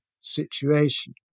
situation